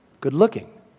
good-looking